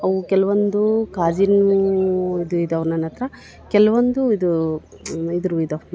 ಅವು ಕೆಲವೊಂದು ಕಾಜಿನವದು ಇದಾವೆ ನನ್ನ ಹತ್ರ ಕೆಲವೊಂದು ಇದು ಇದ್ರೂ ಇದಾವ